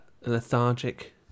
lethargic